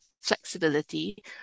flexibility